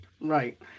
Right